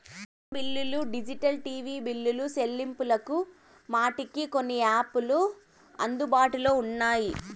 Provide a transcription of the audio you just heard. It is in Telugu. ఫోను బిల్లులు డిజిటల్ టీవీ బిల్లులు సెల్లింపులకు మటికి కొన్ని యాపులు అందుబాటులో ఉంటాయి